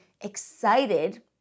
excited